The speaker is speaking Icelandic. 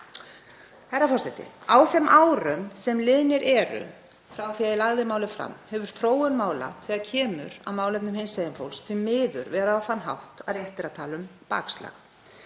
Herra forseti. Á þeim árum sem liðin eru frá því að ég lagði málið fram hefur þróun mála, þegar kemur að málefnum hinsegin fólks, því miður verið á þann hátt að rétt er að tala um bakslag.